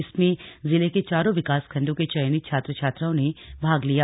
इसमें जिले के चारों विकासखंडों के चयनित छात्र छात्राओं ने भाग लिया